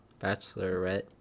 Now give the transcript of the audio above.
Bachelorette